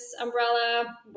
umbrella